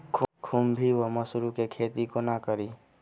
खुम्भी वा मसरू केँ खेती कोना कड़ी?